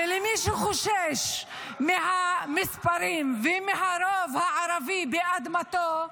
ולמי שחושש מהמספרים ומהרוב הערבי באדמתו,